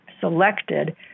selected